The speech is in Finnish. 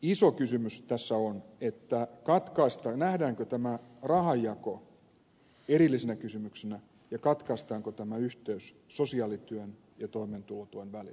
iso kysymys tässä on nähdäänkö tämä rahanjako erillisenä kysymyksenä ja katkaistaanko tämä yhteys sosiaalityön ja toimeentulotuen välillä